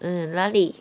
err 哪里